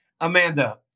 Amanda